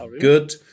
good